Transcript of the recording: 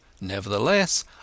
Nevertheless